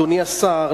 אדוני השר,